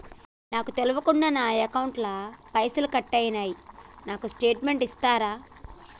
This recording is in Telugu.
నాకు తెల్వకుండా నా అకౌంట్ ల పైసల్ కట్ అయినై నాకు స్టేటుమెంట్ ఇస్తరా?